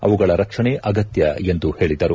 ಅವುಗಳ ರಕ್ಷಣೆ ಆಗತ್ಯ ಎಂದು ಹೇಳಿದರು